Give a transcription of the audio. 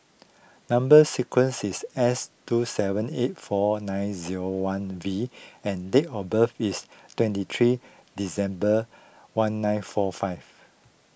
Number Sequence is S two seven eight four nine zero one V and date of birth is twenty three December one nine four five